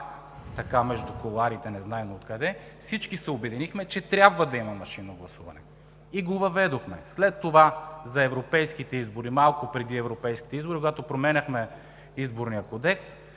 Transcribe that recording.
така между кулоарите, незнайно откъде, всички се обединихме, че трябва да има машинно гласуване и го въведохме. След това, малко преди европейските избори, когато променяхме Изборния кодекс,